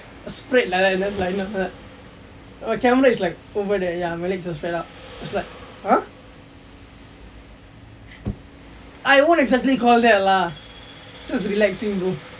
a spread like that like the camera like over there ya my legs are spread out it's like !huh! I won't exactly call that lah so it's relaxing bro